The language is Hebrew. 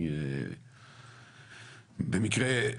במקרה,